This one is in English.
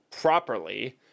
properly